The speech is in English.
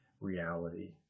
reality